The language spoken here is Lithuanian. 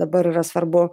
dabar yra svarbu